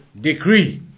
decree